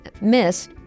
Miss